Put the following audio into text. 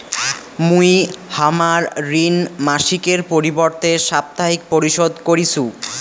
মুই হামার ঋণ মাসিকের পরিবর্তে সাপ্তাহিক পরিশোধ করিসু